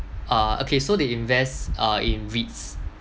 uh okay so they invest uh in REITS